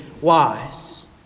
wise